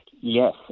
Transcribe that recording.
Yes